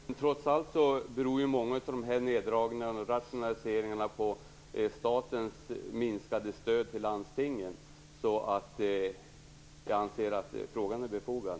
Fru talman! Trots allt beror många av neddragningarna och rationaliseringarna på statens minskade stöd till landstingen. Jag anser att frågan är befogad.